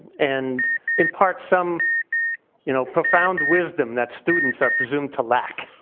and impart some you know profound wisdom that students are presumed to lack.